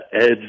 edge